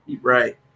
Right